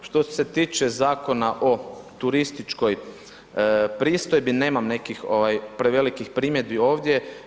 Što se tiče Zakona o turističkoj pristojbi, nemam nekih prevelikih primjedbi ovdje.